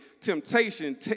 temptation